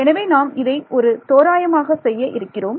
எனவே நாம் இதை ஒரு தோராயமாக செய்ய இருக்கிறோம்